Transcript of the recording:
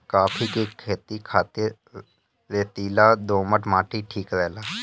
काफी के खेती खातिर रेतीला दोमट माटी ठीक रहेला